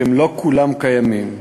ולא כולם קיימים.